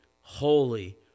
holy